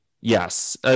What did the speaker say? Yes